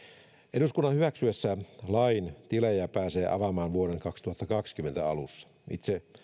eduskunnan hyväksyessä lain pääsee tilejä avaamaan vuoden kaksituhattakaksikymmentä alusta itse